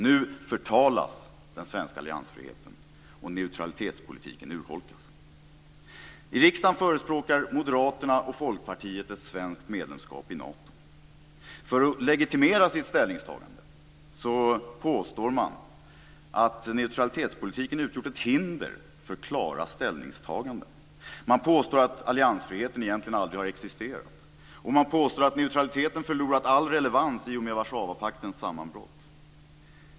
Nu förtalas den svenska alliansfriheten, och neutralitetspolitiken urholkas. I riksdagen förespråkar Moderaterna och Folkpartiet ett svenskt medlemskap i Nato. För att legitimera sitt ställningstagande påstår man att neutralitetspolitiken utgjort ett hinder för klara ställningstaganden. Man påstår att alliansfriheten egentligen aldrig existerat. Och man påstår att neutraliteten förlorat all relevans i och med Warszawapaktens sammanbrott.